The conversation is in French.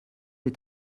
est